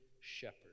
shepherd